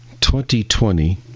2020